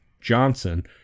Johnson